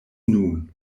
nun